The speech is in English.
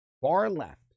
far-left